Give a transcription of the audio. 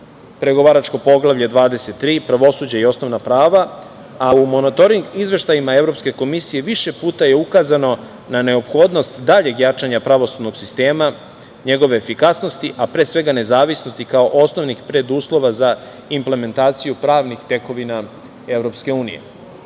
Pregovaračko poglavlje 23 - Pravosuđe i osnovna prava, a u monatoring izveštajima Evropske komisije više puta je ukazano na neophodnost daljeg jačanja pravosudnog sistema, njegove efikasnosti, a pre svega nezavisnosti kao osnovnih preduslova za implementaciju pravnih tekovina EU.Iz ove